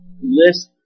list